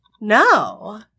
No